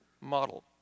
model